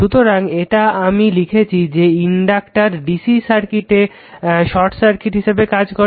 সুতরাং এটা আমি লিখেছি যে ইনডাক্টার ডিসি সার্কিটে শর্ট সার্কিট হিসাবে কাজ করে